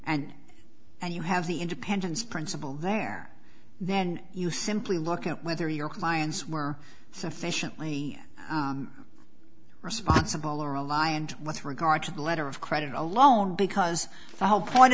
and and you have the independence principle there then you simply look at whether your clients were sufficiently responsible or ally and with regard to the letter of credit alone because the whole point